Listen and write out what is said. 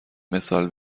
مثال